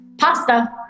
Pasta